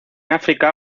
áfrica